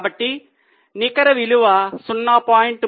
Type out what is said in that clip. కాబట్టి నికర విలువ 0